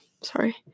sorry